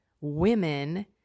women